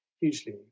hugely